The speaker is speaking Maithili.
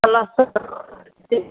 पलास्तर तऽ कऽ रहल छी